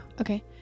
okay